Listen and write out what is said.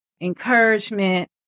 encouragement